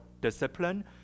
discipline